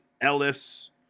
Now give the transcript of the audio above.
Ellis